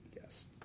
Yes